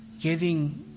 giving